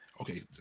Okay